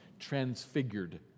transfigured